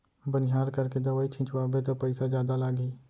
बनिहार करके दवई छिंचवाबे त पइसा जादा लागही